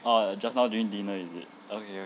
oh just now during dinner is it okay